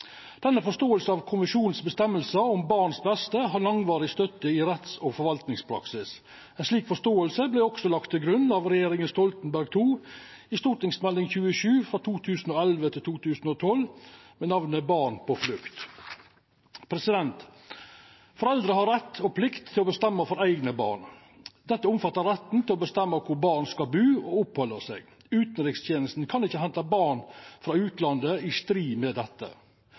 Denne forståinga av føresegna i konvensjonen om barns beste har langvarig støtte i retts- og forvaltningspraksis. Ei slik forståing vart også lagd til grunn av regjeringa Stoltenberg II i Meld. St. 27 for 2011–2012, Barn på flukt. Foreldre har rett og plikt til å bestemma over eigne barn. Det omfattar retten til å bestemma kvar eit barn skal bu og opphalda seg. Utanrikstenesta kan ikkje henta barn frå utlandet i strid med